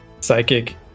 Psychic